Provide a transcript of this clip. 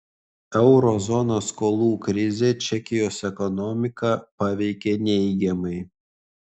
euro zonos skolų krizė čekijos ekonomiką paveikė neigiamai